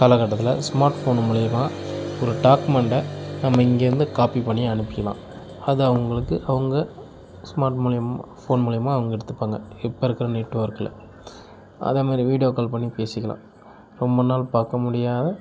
காலகட்டத்தில் ஸ்மார்ட்ஃபோன் மூலிமா ஒரு டாக்குமெண்டை நம்ம இங்கிருந்து காப்பி பண்ணி அனுப்பிச்சிக்கலாம் அது அவங்களுக்கு அவங்க ஸ்மார்ட் மூலிமா ஃபோன் மூலிமா அவங்க எடுத்துப்பாங்க இப்போ இருக்கிற நெட்வொர்க்கில் அதேமாதிரி வீடியோ கால் பண்ணி பேசிக்கலாம் ரொம்ப நாள் பார்க்கமுடியாத